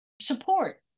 support